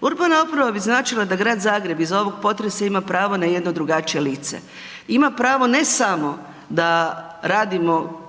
Urbana obnova bi značila da Grad Zagreb iz ovog potresa ima pravo na jedno drugačije lice. Ima pravo ne samo da radimo